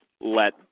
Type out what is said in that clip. let